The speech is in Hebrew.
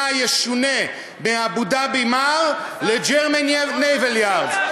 ישונה מ-Abu Dhabi MAR ל-German Naval Yards.